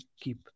keep